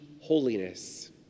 holiness